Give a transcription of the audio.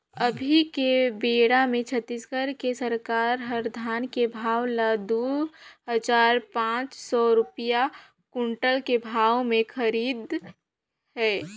अभी के बेरा मे छत्तीसगढ़ के सरकार हर धान के भाव ल दू हजार पाँच सौ रूपिया कोंटल के भाव मे खरीदत हे